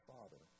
Father